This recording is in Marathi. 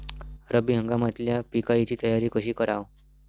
रब्बी हंगामातल्या पिकाइची तयारी कशी कराव?